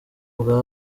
bwa